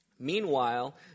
Meanwhile